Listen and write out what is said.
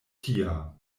tia